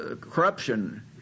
corruption